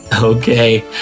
okay